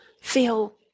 feel